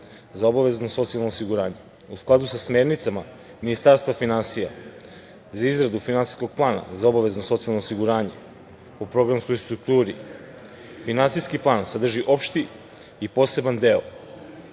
za obavezno socijalno osiguranje u skladu sa smernicama Ministarstva finansija za izradu finansijskog plana za obavezno socijalno osiguranje u programskoj strukturi, finansijski plan sadrži opšti i poseban deo,